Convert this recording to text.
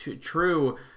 true